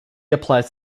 applies